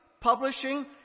publishing